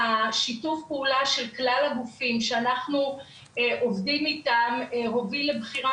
השיתוף פעולה של כלל הגופים שאנחנו עובדים איתם הוביל לבחירה